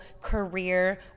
career